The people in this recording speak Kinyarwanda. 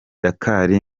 dakar